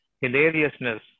hilariousness